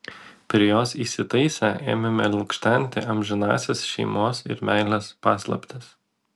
prie jos įsitaisę ėmėme lukštenti amžinąsias šeimos ir meilės paslaptis